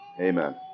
amen